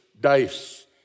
dice